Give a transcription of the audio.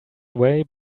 away